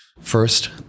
First